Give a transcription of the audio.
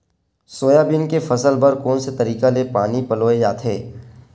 Soybean के फसल बर कोन से तरीका ले पानी पलोय जाथे?